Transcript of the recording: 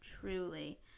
Truly